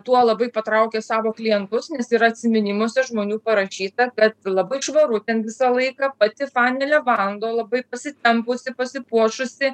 tuo labai patraukė savo klientus nes ir atsiminimuose žmonių parašyta kad labai švaru ten visą laiką pati fanė levando labai pasitempusi pasipuošusi